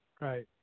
right